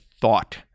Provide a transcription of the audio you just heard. thought